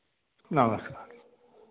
नमस्कार